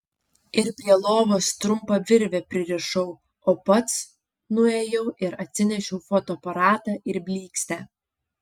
ir prie lovos trumpa virve pririšau o pats nuėjau ir atsinešiau fotoaparatą ir blykstę